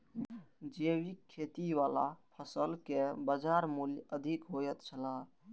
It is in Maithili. जैविक खेती वाला फसल के बाजार मूल्य अधिक होयत छला